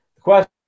question